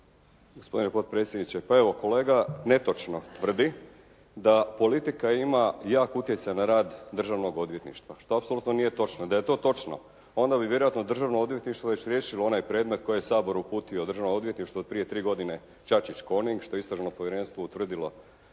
Gospodine potpredsjedniče. Pa evo, kolega netočno tvrdi da politika ima jak utjecaj na rad državnog odvjetništva što apsolutno nije točno. Da je to točno onda bi vjerojatno državno odvjetništvo već riješilo onaj predmet koji je Sabor uputio državnom odvjetništvu od prije tri godine Čačić "Coning" što je istražno povjerenstvo utvrdilo